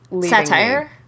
satire